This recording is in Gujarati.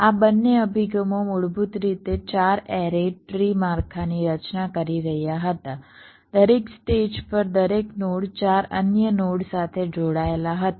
આ બંને અભિગમો મૂળભૂત રીતે 4 એરે ટ્રી માળખાની રચના કરી રહ્યા હતા દરેક સ્ટેજ પર દરેક નોડ 4 અન્ય નોડ સાથે જોડાયેલા હતા